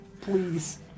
Please